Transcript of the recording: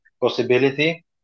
possibility